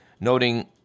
noting